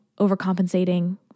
overcompensating